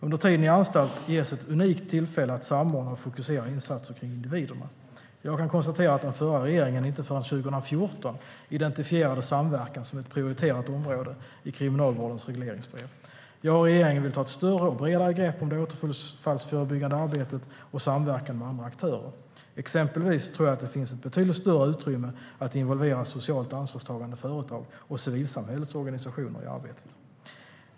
Under tiden i anstalt ges ett unikt tillfälle att samordna och fokusera insatser kring individerna. Jag kan konstatera att den förra regeringen inte förrän 2014 identifierade samverkan som ett prioriterat område i Kriminalvårdens regleringsbrev. Jag och regeringen vill ta ett större och bredare grepp om det återfallsförebyggande arbetet och samverkan med andra aktörer. Exempelvis tror jag att det finns ett betydligt större utrymme att involvera socialt ansvarstagande företag och civilsamhällets organisationer i arbetet.